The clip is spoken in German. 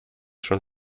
schon